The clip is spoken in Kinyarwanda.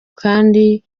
kandi